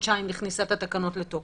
חודשיים לכניסת התקנות לתוקף.